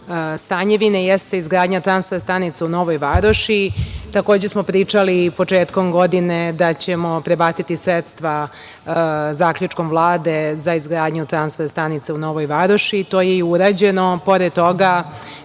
„Stanjevine“ jeste gradnja transfer stanice u Novoj Varoši. Takođe, smo pričali početkom godine da ćemo prebaciti sredstva zaključkom Vlade, za izgradnju transfer stanice u Novoj Varoši i to je urađeno, pored toga